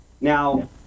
now